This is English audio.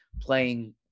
playing